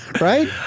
Right